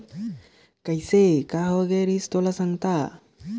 कइसे का होए गये रहिस तोला संगता